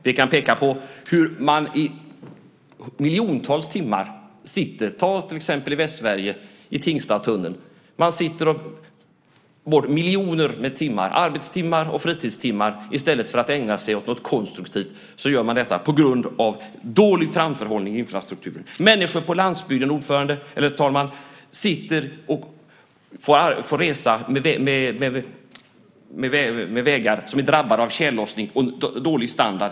Jag kan peka på hur man i miljontals timmar sitter till exempel i Tingstadstunneln i Västsverige. Man sitter där i miljoner timmar, arbetstimmar och fritidstimmar. I stället för att ägna sig åt något konstruktivt så gör man detta på grund av dålig framförhållning i infrastrukturen. Människor på landsbygden får resa på vägar som är drabbade av tjällossning och som har dålig standard.